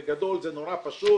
בגדול זה נורא פשוט